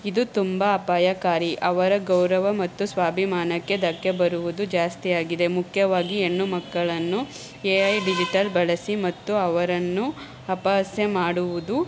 ಇದು ತುಂಬ ಅಪಾಯಕಾರಿ ಅವರ ಗೌರವ ಮತ್ತು ಸ್ವಾಭಿಮಾನಕ್ಕೆ ಧಕ್ಕೆ ಬರುವುದು ಜಾಸ್ತಿ ಆಗಿದೆ ಮುಖ್ಯವಾಗಿ ಹೆಣ್ಣು ಮಕ್ಕಳನ್ನು ಎ ಐ ಡಿಜಿಟಲ್ ಬಳಸಿ ಮತ್ತು ಅವರನ್ನು ಅಪಹಾಸ್ಯ ಮಾಡುವುದು